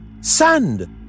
Sand